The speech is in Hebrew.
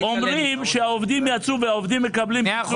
אבל אומרים שהעובדים יצאו והעובדים מקבלים פיצוי.